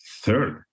Third